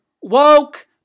woke